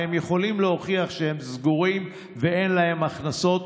הרי הם יכולים להוכיח שהם סגורים ואין להם הכנסות,